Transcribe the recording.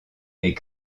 est